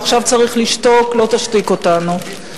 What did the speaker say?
ועכשיו צריך לשתוק" לא תשתיק אותנו.